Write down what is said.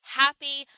happy